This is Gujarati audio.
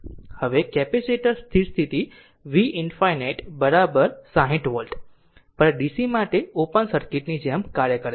હવે કેપેસિટર સ્થિર સ્થિતિ v ∞ 60 વોલ્ટ પર DC માટે ઓપન સર્કિટ ની જેમ કાર્ય કરે છે